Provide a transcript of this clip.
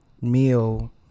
meal